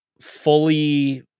fully